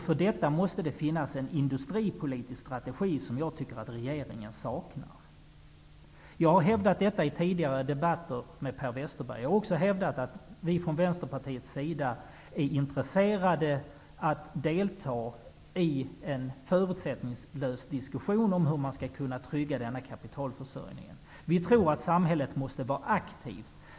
För detta måste det finnas en industripolitisk strategi, vilket jag tycker att regeringen saknar. Jag har hävdat detta i tidigare debatter med Per Westerberg. Jag har också sagt att vi i Vänsterpartiet är intresserade av att delta i en förutsättningslös diskussion om hur man skall kunna trygga kapitalförsörjningen. Samhället måste vara aktivt.